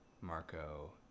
Marco